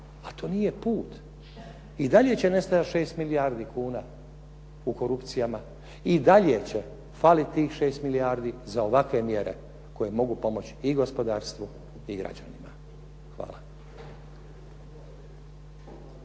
a to nije put. I dalje će nestajati 6 milijardi kuna u korupcijama i dalje će faliti tih 6 milijardi za ovakve mjere koje mogu pomoći i gospodarstvu i građanima. Hvala.